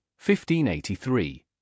1583